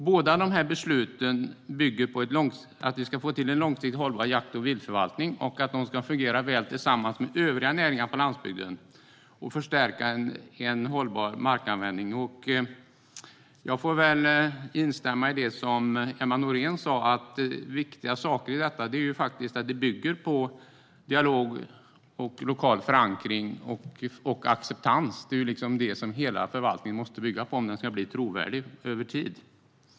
Båda de här besluten bygger på att vi ska få till en långsiktigt hållbar jakt och viltförvaltning och att de ska fungera väl tillsammans med övriga näringar på landsbygden och förstärka en hållbar markanvändning. Jag får väl instämma i det som Emma Nohrén sa, att det är viktigt att det bygger på dialog, lokal förankring och acceptans. Det är liksom det som hela förvaltningen måste bygga på om den ska bli trovärdig över tid.